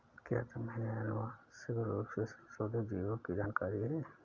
क्या तुम्हें आनुवंशिक रूप से संशोधित जीवों की जानकारी है?